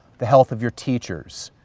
the health of your teachers,